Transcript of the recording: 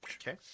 Okay